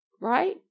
right